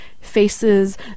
faces